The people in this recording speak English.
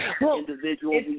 individual